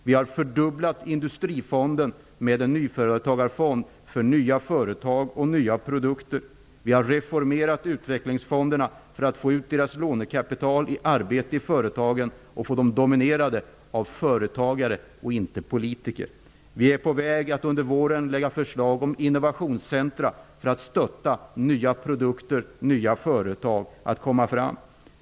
Vi har fördubblat industrifonden med en nyföretagarfond för nya företag och nya produkter. Vi har reformerat utvecklingsfonderna för att få ut deras lånekapital i arbete i företagen och för att få dem dominerade av företagare och inte av politiker. Vi skall under våren lägga fram förslag om innovationscentrum för att hjälpa nya produkter och nya företag att komma fram.